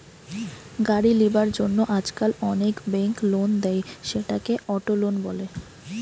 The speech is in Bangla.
গাড়ি লিবার জন্য আজকাল অনেক বেঙ্ক লোন দেয়, সেটাকে অটো লোন বলে